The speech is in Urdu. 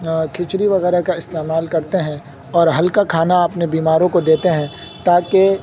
کھچڑی وغیرہ کا استعمال کرتے ہیں اور ہلکا کھانا اپنے بیماروں کو دیتے ہیں تاکہ